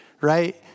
right